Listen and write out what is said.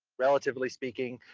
relatively speaking.